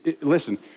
Listen